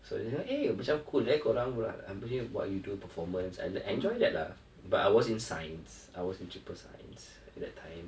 so dia cakap macam eh macam cool eh korang apa ni what you do performance and I enjoy that lah but I was in science I was in triple science at that time